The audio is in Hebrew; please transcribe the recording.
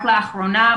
רק לאחרונה,